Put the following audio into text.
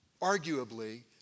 arguably